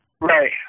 right